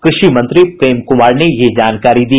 कृषि मंत्री प्रेम कुमार ने यह जानकारी दी